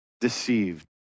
deceived